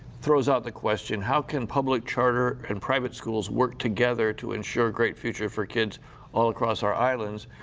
throws out the question, how can public charter and private schools work together to ensure great future for kids all across our islands?